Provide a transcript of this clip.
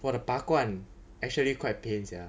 !wah! the 拔罐 actually quite pain sia